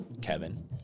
Kevin